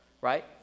Right